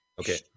Okay